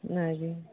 ᱚᱱᱟ ᱜᱮ